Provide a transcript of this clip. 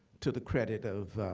to the credit of,